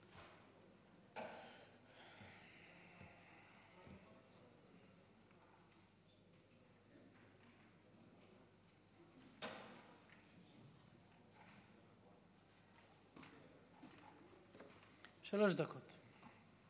שלוש דקות.